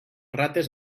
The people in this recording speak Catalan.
rates